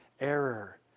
error